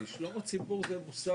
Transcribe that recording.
כי שלום הציבור זה מושג